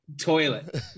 Toilet